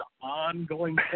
ongoing